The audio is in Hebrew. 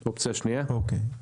אוקיי.